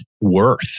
worth